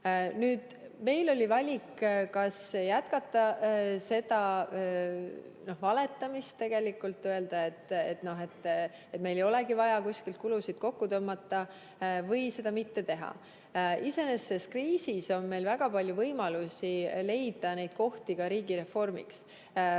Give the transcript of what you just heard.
Meil oli valik, kas jätkata seda valetamist, öelda, et meil ei olegi vaja kuskilt kulusid kokku tõmmata, või seda mitte teha. Iseenesest kriisis on meil väga palju võimalusi leida kohti ka riigireformiks.